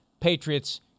Patriots